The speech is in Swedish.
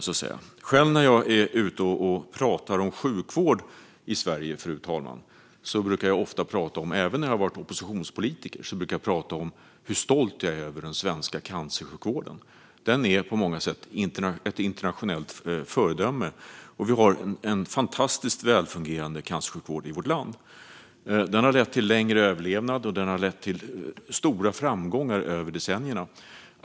Fru talman! När jag är ute och pratar om sjukvård i Sverige brukar jag, även när jag varit oppositionspolitiker, prata om hur stolt jag är över den svenska cancersjukvården. Den är på många sätt ett internationellt föredöme. Vi har en fantastiskt välfungerande cancersjukvård i vårt land som har lett till längre överlevnad och stora framgångar över decennierna.